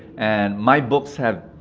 and my books have.